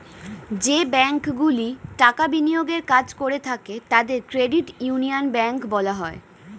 যে ব্যাঙ্কগুলি টাকা বিনিয়োগের কাজ করে থাকে তাদের ক্রেডিট ইউনিয়ন ব্যাঙ্ক বলা হয়